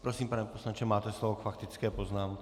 Prosím, pane poslanče, máte slovo k faktické poznámce.